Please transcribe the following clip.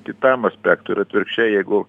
kitam aspektui ir atvirkščiai jeigu